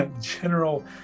general